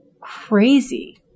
crazy